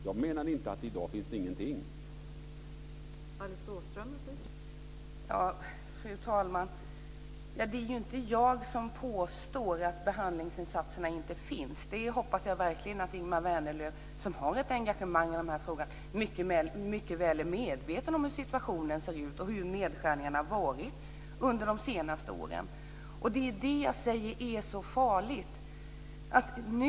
Jag menade inte att det inte finns någonting i dag.